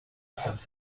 have